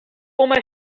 almost